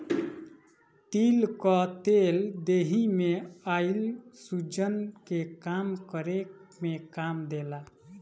तिल कअ तेल देहि में आइल सुजन के कम करे में काम देला